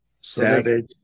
Savage